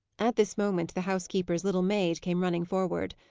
at this moment the housekeeper's little maid came running forward.